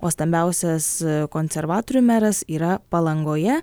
o stambiausias konservatorių meras yra palangoje